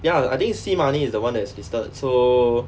ya I think sea money is the [one] that is listed so